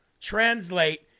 translate